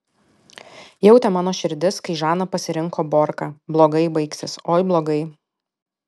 jautė mano širdis kai žana pasirinko borką blogai baigsis oi blogai